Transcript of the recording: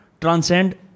transcend